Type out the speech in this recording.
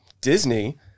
Disney